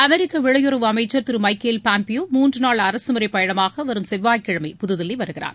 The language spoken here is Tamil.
அமெரிக்க வெளியுறவு அமைச்சர் திரு மைக்கேல் பாம்பியோ மூன்று நாள் அரசு முறை பயணமாக வரும் செவ்வாய்கிழமை புதுதில்லி வருகிறார்